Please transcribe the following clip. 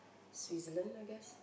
Switzerland I guess